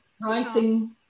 writing